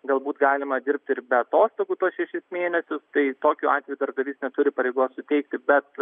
galbūt galima dirbti ir be atostogų tuos šešis mėnesius tai tokiu atveju darbdavys neturi pareigos suteikti bet